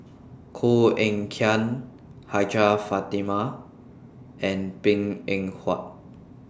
Koh Eng Kian Hajjah Fatimah and Png Eng Huat